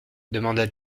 demanda